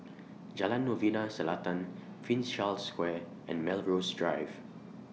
Jalan Novena Selatan Prince Charles Square and Melrose Drive